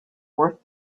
worth